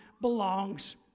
belongs